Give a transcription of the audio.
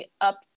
up